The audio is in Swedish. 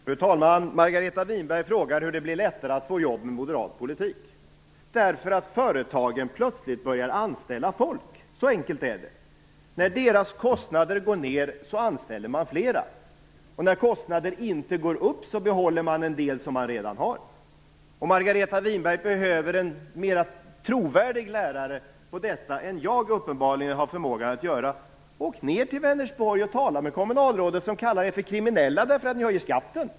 Fru talman! Margareta Winberg frågar hur det blir lättare att få jobb med moderat politik. Jo, därför att företagen plötsligt börjar anställa folk. Så enkelt är det! När deras kostnader går ned anställer de fler. Och när kostnaderna inte går upp behåller de en del anställda de redan har. Om Margareta Winberg behöver en mer trovärdig lärare än jag uppenbarligen har förmågan att vara; Åk ned till Vänersborg och tala med kommunalrådet som kallade socialdemokraterna för kriminella därför att de höjer skatten!